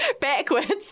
backwards